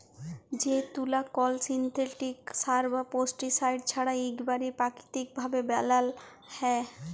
যে তুলা কল সিল্থেটিক সার বা পেস্টিসাইড ছাড়া ইকবারে পাকিতিক ভাবে বালাল হ্যয়